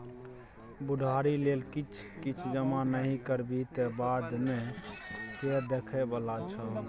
बुढ़ारी लेल किछ किछ जमा नहि करबिही तँ बादमे के देखय बला छौ?